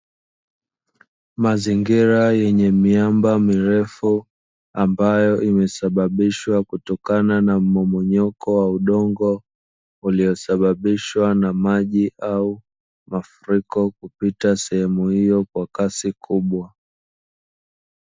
Mazingira yenye miamba mirefu, ambayo imesababishwa kutokana na mmomonyoko wa udongo uliosababishwa na maji au mafuriko kupita sehemu hiyo kwa kasi kubwa.